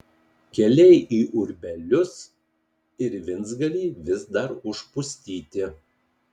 keliai į urbelius ir vincgalį vis dar užpustyti